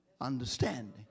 understanding